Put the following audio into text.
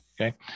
Okay